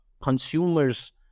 consumers